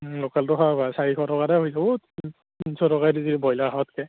ও লোকেলটো খোৱাই ভাল চাৰিশ টকাতে হৈ যাব তিনিশ টকা দি ব্ৰইলাৰ খোৱাতকৈ